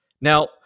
Now